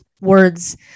words